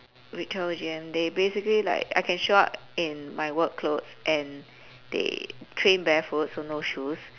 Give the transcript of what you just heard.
ritual gym they basically like I can show up in my work clothes and they train barefoot so no shoes